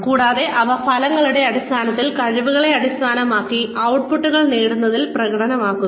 കൂടാതെ അവ ഫലങ്ങളുടെ അടിസ്ഥാനത്തിൽ കഴിവുകളെ അടിസ്ഥാനമാക്കി ഔട്ട്പുട്ടുകൾ നേടുന്നതിൽ പ്രകടമാക്കപ്പെടുന്നു